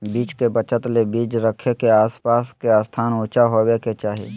बीज के बचत ले बीज रखे के आस पास के स्थान ऊंचा होबे के चाही